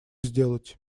сделать